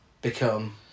become